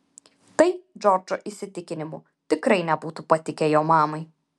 tai džordžo įsitikinimu tikrai nebūtų patikę jo mamai